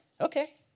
Okay